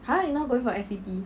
!huh! you not going for S_E_P